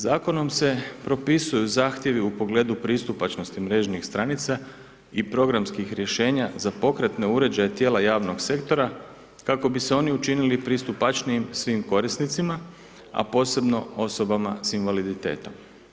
Zakonom se propisuju zahtjevi u pogledu pristupačnosti mrežnih stranica i programskih rješenja za pokretne uređaje tijela javnog sektora, kako bi se oni učinili pristupačnijim svim korisnicima, a posebno osobama s invaliditetom.